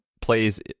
plays